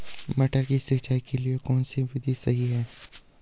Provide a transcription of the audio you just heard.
मटर की सिंचाई के लिए कौन सी विधि सही है?